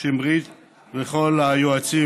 שמרית ולכל היועצים,